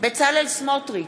בצלאל סמוטריץ,